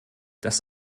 das